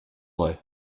play